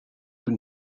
been